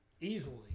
easily